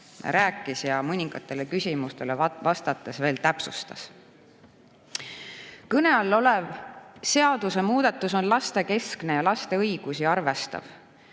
rääkis ja mõningatele küsimustele vastates täpsustas. Kõne all olev seadusmuudatus on lastekeskne ja laste õigusi arvestav.